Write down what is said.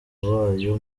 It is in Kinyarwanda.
wayo